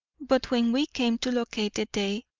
but when we came to locate the day,